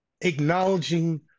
acknowledging